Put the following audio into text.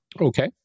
Okay